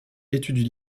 étudie